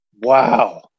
wow